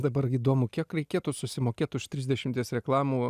dabar įdomu kiek reikėtų susimokėt už trisdešimties reklamų